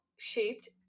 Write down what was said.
shaped